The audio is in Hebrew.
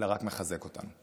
אלא רק מחזק אותנו.